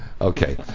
Okay